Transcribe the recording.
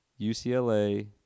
UCLA